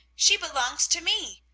she belongs to me!